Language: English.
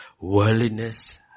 worldliness